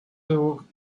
though